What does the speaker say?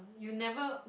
you never